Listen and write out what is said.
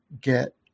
get